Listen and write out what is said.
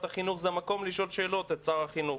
החינוך היא המקום לשאול שאלות את שר החינוך.